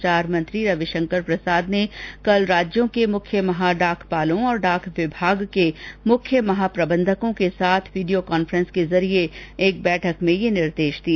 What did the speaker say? संचार मंत्री रविशंकर प्रसाद ने कल राज्यों के मुख्य महा डाकपालों और डाक विभाग के मुख्य महाप्रबंधकों के साथ वीडियो कांफ्रेंस के जरिए एक बैठक में ये निर्देश दिए